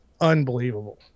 unbelievable